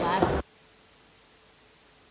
Hvala